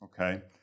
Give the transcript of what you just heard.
okay